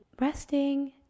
resting